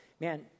Man